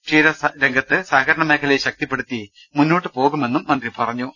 ക്ഷീര രംഗത്ത് സഹകരണമേഖലയെ ശക്തിപ്പെടുത്തി മുന്നോട്ട് പോകുമെന്നും മന്ത്രി പറ ഞ്ഞു